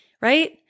right